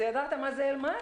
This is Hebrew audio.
אז ידעת מה זה אל-מרג'?